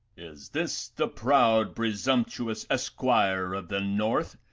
is this the proud presumptuous esquire of the north,